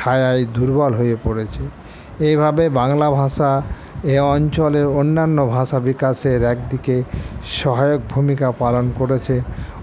ছায়ায় দুর্বল হয়ে পড়েছে এইভাবে বাংলা ভাষা এ অঞ্চলের অন্যান্য ভাষা বিকাশের একদিকে সহায়ক ভূমিকা পালন করেছে